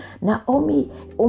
Naomi